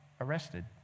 arrested